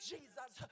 Jesus